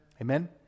Amen